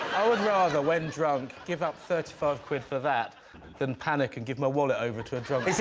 i would rather, when drunk, give up thirty five quid for that than panic and give my wallet over to a drunk